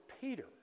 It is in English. Peter